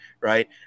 right